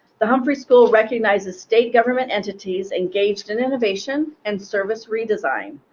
the humphrey school recognizes state government entities engaged in innovation and service redesign.